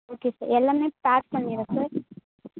okay sir எல்லாமே pack பண்ணியா sir